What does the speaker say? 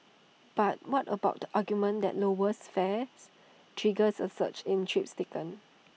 but what about the argument that lowers fares triggers A surge in trips taken